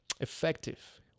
effective